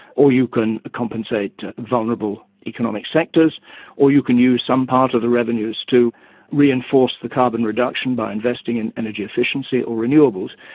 or you can compensate vulnerable economic sectors or you can use some part of the revenues to reinforce the carbon reduction by investing in energy efficiency or renewables.